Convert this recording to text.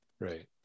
Right